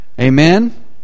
Amen